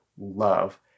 love